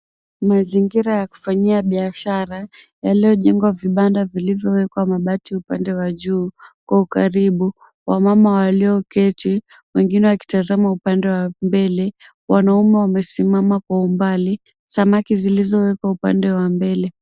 Mazingira ya kufanyia bihashara yaliyo jengwa vibanda vilivyo wekwa mabati upande wa juu kwa ukaribu, wamama walioketi, wengine wakitazama upande wa mbele, wanaume wamesimama kwa umbali ,samaki zilizo wekwa upande wa mbele